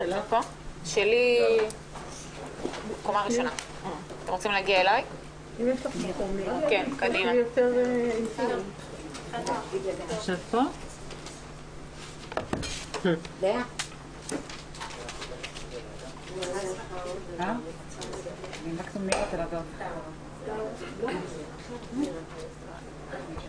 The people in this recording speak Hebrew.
11:30.